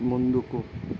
ముందుకు